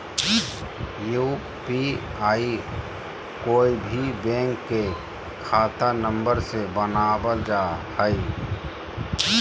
UPI कोय भी bank के खाता नंबर से बनावल जा हइ